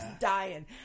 dying